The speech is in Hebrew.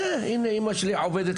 אה הנה אימא שלי עובדת,